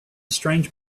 strange